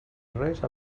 res